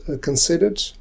considered